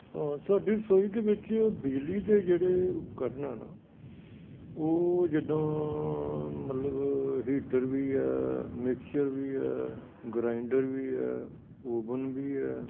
ਸਾਡੀ ਰਸੋਈ ਦੇ ਵਿੱਚ ਬਿਜਲੀ ਦੇ ਜਿਹੜੇ ਉਪਕਰਨ ਆ ਨਾ ਉਹ ਜਿੱਦਾਂ ਮਤਲਬ ਹੀਟਰ ਵੀ ਆ ਮਿਕਸਚਰ ਵੀ ਆ ਗਰਾਈਂਡਰ ਵੀ ਆ ਓਵਨ ਵੀ ਆ